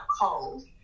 cold